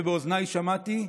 ובאוזניי שמעתי,